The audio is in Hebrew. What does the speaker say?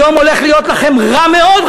היום הולך להיות לכם רע מאוד,